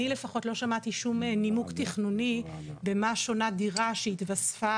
אני לפחות לא שמעתי שום נימוק תכנוני במה שונה דירה שהתווספה